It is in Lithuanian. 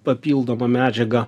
papildomą medžiagą